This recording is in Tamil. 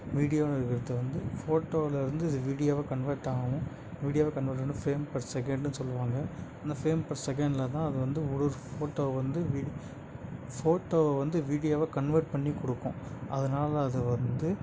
வீடியோன்னு ஒருத்தரை வந்து ஃபோட்டோவில் இருந்து இது வீடியோவாக கன்வெர்ட் ஆகும் வீடியோவாக கன்வெர்ட் ஆனால் ஃப்ரேம் பர் செகண்டுன்னு சொல்லுவாங்க இந்த ஃப்ரேம் பர் செகண்ட்டில் தான் அது வந்து ஒரு ஒரு ஃபோட்டோ வந்து வீடு ஃபோட்டோவை வந்து வீடியோவாக கன்வெர்ட் பண்ணி கொடுக்கும் அதனால் அது வந்து